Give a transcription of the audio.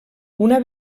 una